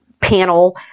panel